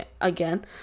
again